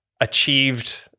achieved